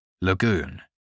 Lagoon